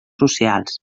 socials